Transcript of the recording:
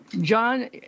John